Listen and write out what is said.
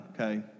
okay